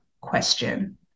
question